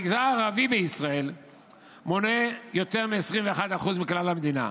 המגזר הערבי בישראל מונה יותר מ-21.1% מכלל המדינה.